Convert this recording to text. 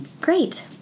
Great